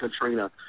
Katrina